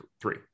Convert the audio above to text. three